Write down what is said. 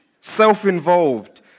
self-involved